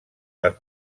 les